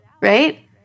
right